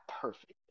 perfect